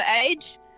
age